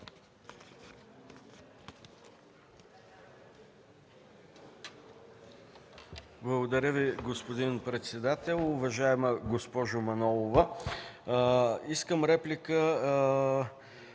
Благодаря Ви, господин председател. Уважаема госпожо Манолова, искам реплика